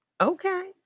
Okay